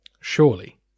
Surely